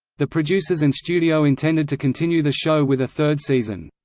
the producers and studio intended to continue the show with a third season.